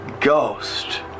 Ghost